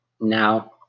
now